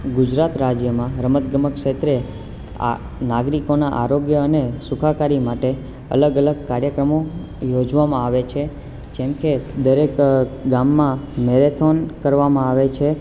ગુજરાત રાજ્યમાં રમત ગમત ક્ષેત્રે આ નાગરિકોના આરોગ્ય અને સુખાકારી માટે અલગ અલગ કાર્યક્રમો યોજવામાં આવે છે જેમ કે દરેક ગામમાં મેરેથોન કરવામાં આવે છે